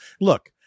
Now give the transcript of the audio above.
Look